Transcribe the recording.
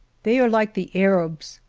they are like the arabs,